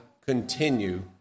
continue